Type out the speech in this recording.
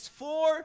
four